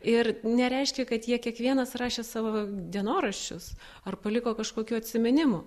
ir nereiškia kad jie kiekvienas rašė savo dienoraščius ar paliko kažkokių atsiminimų